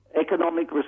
economic